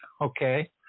okay